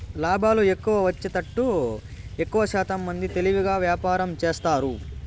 లాభాలు ఎక్కువ వచ్చేతట్టు ఎక్కువశాతం మంది తెలివిగా వ్యాపారం చేస్తారు